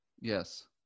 Yes